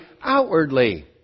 outwardly